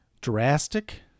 Drastic